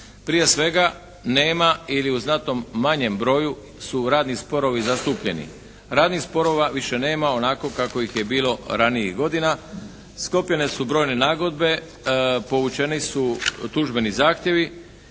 Prije svega, nema ili u znatno manjem broju su radni sporovi zastupljeni. Radnih sporova više nema onako kako ih je bilo ranijih godina, sklopljene su brojne nagodbene, povučeni su tužbeni zahtjevi